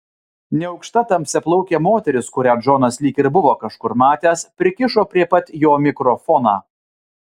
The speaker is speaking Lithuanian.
neaukšta tamsiaplaukė moteris kurią džonas lyg ir buvo kažkur matęs prikišo prie pat jo mikrofoną